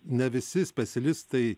ne visi specialistai